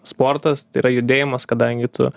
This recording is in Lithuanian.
sportas tai yra judėjimas kadangi tu